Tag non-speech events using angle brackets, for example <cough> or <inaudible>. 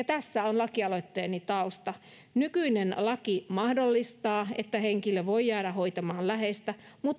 <unintelligible> tässä on lakialoitteeni tausta nykyinen laki mahdollistaa että henkilö voi jäädä hoitamaan läheistä mutta ei